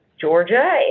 Georgia